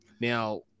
Now